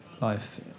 life